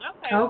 Okay